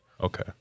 Okay